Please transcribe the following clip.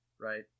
right